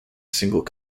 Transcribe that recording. single